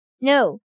No